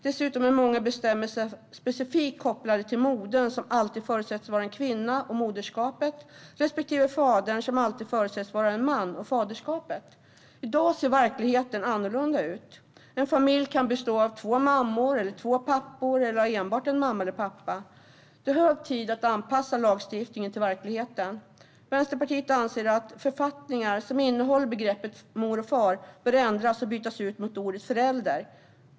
Dessutom är många bestämmelser specifikt kopplade till modern - som alltid förutsätts vara en kvinna - och moderskapet, respektive till fadern - som alltid förutsätts vara en man - och faderskapet. I dag ser verkligheten annorlunda ut. En familj kan bestå av två mammor eller två pappor, eller av enbart en mamma eller en pappa. Det är hög tid att anpassa lagstiftningen till verkligheten. Vänsterpartiet anser att författningar som innehåller begreppen "mor" och "far" bör ändras så att de byts ut mot ordet "förälder".